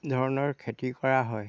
ধৰণৰ খেতি কৰা হয়